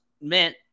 meant